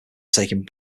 taking